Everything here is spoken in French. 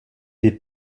des